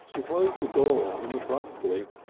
she closed the door on him abruptly,